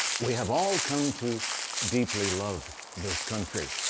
we have all come to deeply love this country.